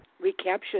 recapture